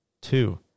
Two